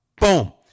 Boom